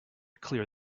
clear